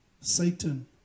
Satan